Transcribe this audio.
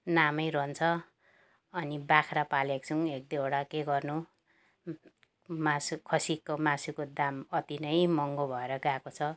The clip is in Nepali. नामै रहन्छ अनि बाख्रा पालेको छौँ एक दुइवटा के गर्नु मासु खसीको मासुको दाम अति नै महँगो भएर गएको छ